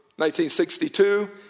1962